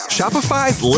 Shopify's